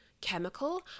chemical